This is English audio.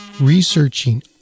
researching